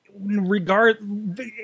regard